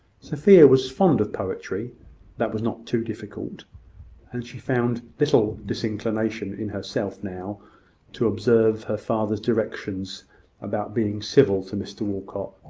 sophia was fond of poetry that was not too difficult and she found little disinclination in herself now to observe her father's directions about being civil to mr walcot.